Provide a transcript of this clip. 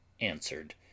answered